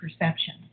perception